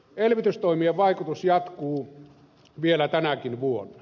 elvytystoimien vaikutus jatkuu vielä tänäkin vuonna